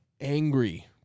angry